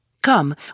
Come